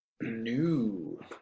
new